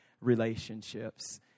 relationships